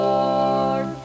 Lord